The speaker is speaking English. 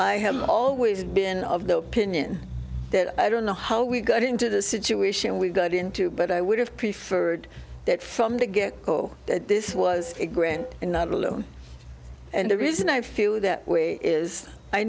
i have always been of the opinion that i don't know how we got into the situation we got into but i would have preferred that from the get go that this was a grant and not alone and the reason i feel that way is i